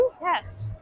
Yes